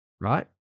right